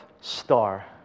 star